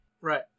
right